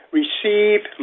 receive